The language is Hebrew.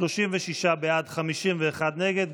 36 בעד, 51 נגד.